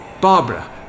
Barbara